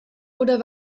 oder